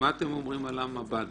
מה אתם אומרים על המב"דים?